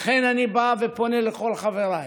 לכן אני בא ופונה לכל חבריי: